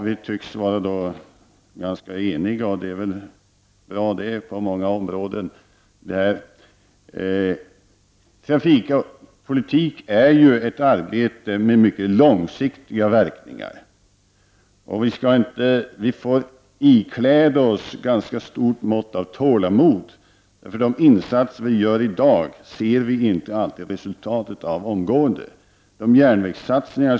Vi tycks vara ganska eniga. Det är väl bra på många områden. Trafikpolitik är ett arbete med mycket långsiktiga verkningar. Vi får ikläda oss ett ganska stort mått av tålamod. De insatser vi gör i dag ser vi inte alltid resultatet av omgående.